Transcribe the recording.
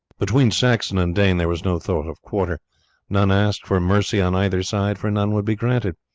between saxon and dane there was no thought of quarter none asked for mercy on either side, for none would be granted.